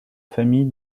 famille